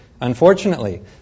Unfortunately